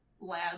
lab